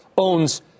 owns